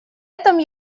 этом